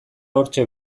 hortxe